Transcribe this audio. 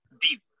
deep